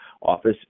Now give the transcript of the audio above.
office